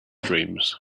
dreams